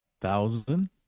Thousand